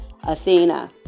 Athena